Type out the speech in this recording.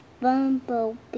Bumblebee